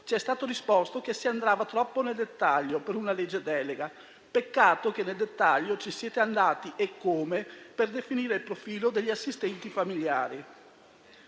ci è stato risposto che si andava troppo nel dettaglio per una legge delega. Peccato che nel dettaglio ci siete andati - eccome - per definire il profilo degli assistenti familiari.